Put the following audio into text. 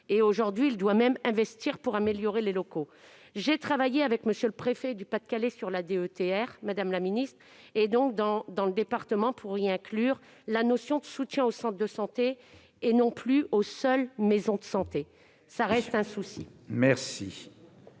Aujourd'hui, il va même investir pour améliorer les locaux. J'ai travaillé avec M. le préfet du Pas-de-Calais sur la dotation d'équipement des territoires ruraux, la DETR, dans le département pour inclure la notion de soutien aux centres de santé, et non plus aux seules maisons de santé. Cela reste un souci.